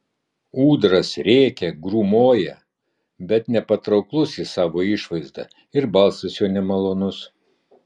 ūdras rėkia grūmoja bet nepatrauklus jis savo išvaizda ir balsas jo nemalonus